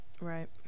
Right